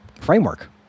framework